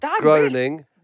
groaning